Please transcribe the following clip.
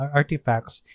artifacts